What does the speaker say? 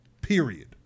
Period